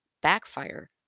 backfire